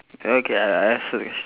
okay I I ask you question